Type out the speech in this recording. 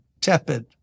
tepid